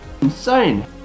Insane